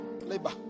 Labor